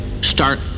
start